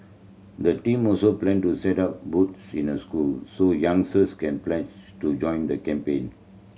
the team also plan to set up booths in the schools so young can pledge to join the campaign